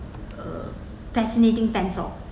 uh fascinating pencil